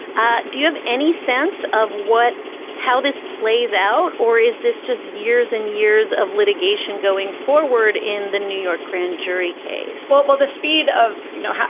ah do you have any sense of what how this plays out? or is this just years and years of litigation going forward in the new york grand jury case? football, the speed of, you know,